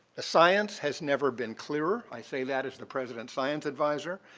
science has never been clearer, i say that as the president's science advisor.